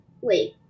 Wait